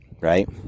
right